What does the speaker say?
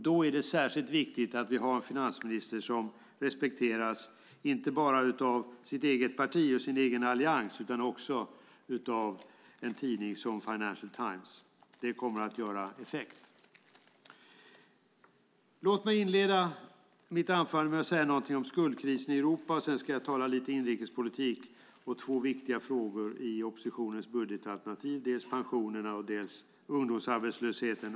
Då är det särskilt viktigt att vi har en finansminister som respekteras inte bara av sitt eget parti och sin egen allians utan också av en tidning som Financial Times. Det kommer att ha effekt. Låt mig inleda mitt anförande med att säga något om skuldkrisen i Europa. Sedan ska jag tala lite grann om inrikespolitik och två viktiga frågor i oppositionens budgetalternativ, dels pensionerna, dels ungdomsarbetslösheten.